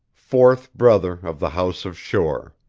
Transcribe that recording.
fourth brother of the house of shore.